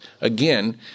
Again